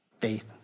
Faith